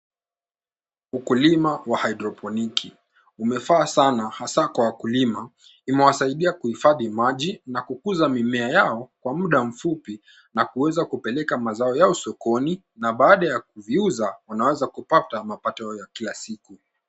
Mkulima wa hydroponic umevaa sana hasa kwa kulima. Imewasaidia kuhifadi maji na kukuza mimea yao kwa muda mfupi na huweza kupeleka mazao yao sokoni na baada ya kusiuza wanaweza kupata mazao yao ya kila siku.